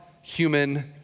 human